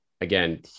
again